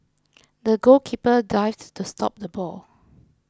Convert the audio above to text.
the goalkeeper dived to stop the ball